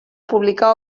publicar